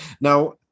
Now